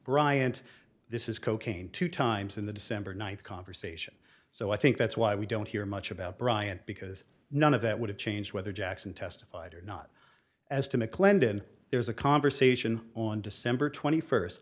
bryant this is cocaine two times in the december night conversation so i think that's why we don't hear much about bryant because none of that would have changed whether jackson testified or not as to mclendon there's a conversation on december twenty first